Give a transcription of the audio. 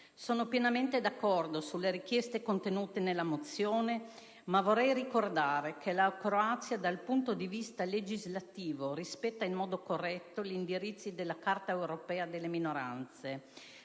Sono pienamente d'accordo sulle richieste contenute nella mozione, ma vorrei ricordare che la Croazia, dal punto di vista legislativo, rispetta in modo corretto gli indirizzi della Carta europea delle minoranze;